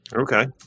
okay